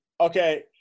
okay